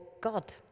God